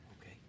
Okay